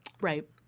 Right